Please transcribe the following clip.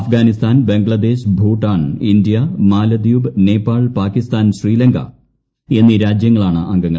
Afghanistan Bangladesh Bhutan India മാലദ്വീപ് നേപ്പാൾ പാകിസ്ഥാൻ ശ്രീലങ്ക എന്നീ രാജ്യങ്ങളാണ് അംഗങ്ങൾ